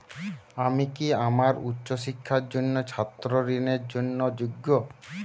আমি কি আমার উচ্চ শিক্ষার জন্য ছাত্র ঋণের জন্য যোগ্য?